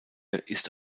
ist